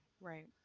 Right